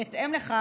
בהתאם לכך,